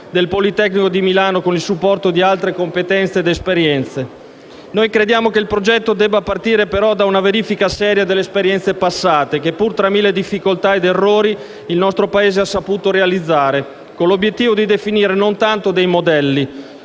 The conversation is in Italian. del Politecnico di Milano, con il supporto di altre competenze ed esperienze. Noi crediamo che il progetto debba partire, però, da una verifica seria delle esperienze passate che, pur tra mille difficoltà ed errori, il nostro Paese ha saputo realizzare, con l'obiettivo di definire non tanto dei modelli,